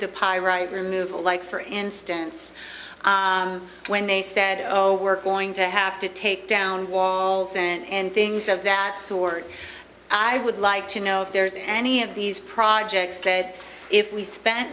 the pyrite removal like for instance when they said oh we're going to have to take down walls and things of that sort i would like to know if there's any of these projects that if we spent